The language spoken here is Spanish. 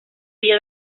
vía